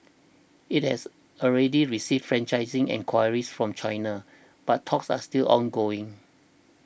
it has already received franchising enquiries from China but talks are still ongoing